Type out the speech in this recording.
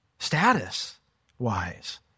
status-wise